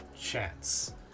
chance